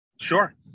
Sure